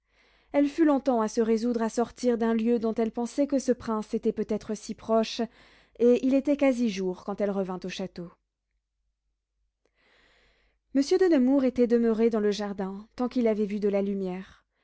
elle fut longtemps à se résoudre à sortir d'un lieu dont elle pensait que ce prince était peut-être si proche et il était quasi jour quand elle revint au château monsieur de nemours était demeuré dans le jardin tant qu'il avait vu de la lumière